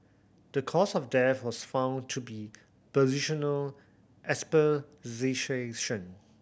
the cause of death was found to be positional